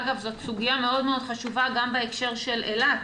אגב, זאת סוגיה מאוד מאוד חשובה גם בהקשר של אילת,